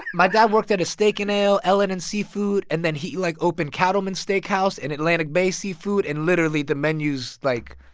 my dad worked at a steak and ale, ellen and seafood. and then he, like, opened cattleman's steakhouse and atlantic bay seafood. and literally, the menus like,